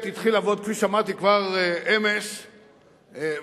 שתהיה מורכבת מנציגי המשרדים הרלוונטיים.